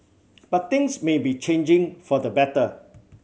but things may be changing for the better